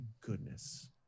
goodness